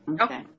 Okay